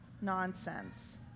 nonsense